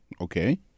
okay